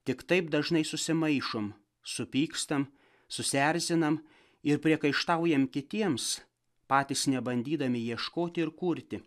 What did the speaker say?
tik taip dažnai susimaišom supykstam susierzinam ir priekaištaujam kitiems patys nebandydami ieškoti ir kurti